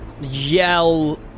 yell